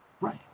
Right